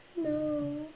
No